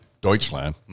Deutschland